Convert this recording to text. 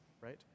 right